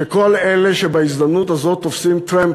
שכל אלה שבהזדמנות הזאת תופסים טרמפ